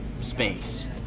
space